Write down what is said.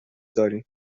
داریم